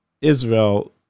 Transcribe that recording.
Israel